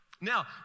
Now